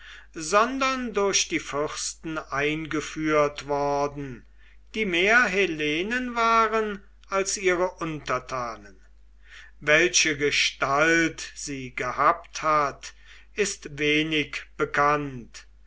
sondern durch die fürsten eingeführt worden die mehr hellenen waren als ihre untertanen welche gestalt sie gehabt hat ist wenig bekannt